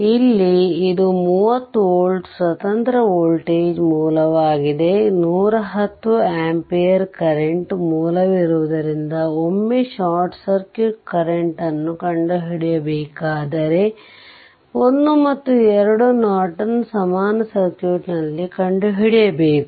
ಇಲ್ಲಿ ಇದು 30 ವೋಲ್ಟ್ ಸ್ವತಂತ್ರ ವೋಲ್ಟೇಜ್ ಮೂಲವಾಗಿದೆ 110 ಆಂಪಿಯರ್ ಕರೆಂಟ್ ಮೂಲವಿರುವುದರಿಂದ ಒಮ್ಮೆ ಶಾರ್ಟ್ ಸರ್ಕ್ಯೂಟ್ ಕರೆಂಟ್ ನ್ನು ಕಂಡುಹಿಡಿಯಬೇಕಾದರೆ 1 ಮತ್ತು 2 ನಾರ್ಟನ್ ಸಮಾನ ಸರ್ಕ್ಯೂಟ್ನಲ್ಲಿ ಕಂಡುಹಿಡಿಯಬೇಕು